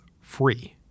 free